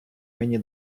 мені